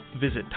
Visit